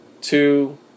two